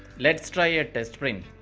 let's try a test print.